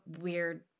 weird